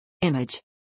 Image